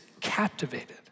captivated